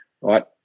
right